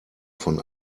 von